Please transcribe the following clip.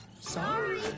Sorry